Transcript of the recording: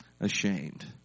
ashamed